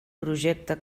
projecte